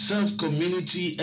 Self-community